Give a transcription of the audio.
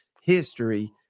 history